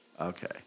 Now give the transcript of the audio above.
Okay